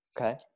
Okay